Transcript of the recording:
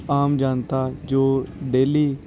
ਆਮ ਜਨਤਾ ਜੋ ਡੇਲੀ